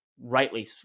rightly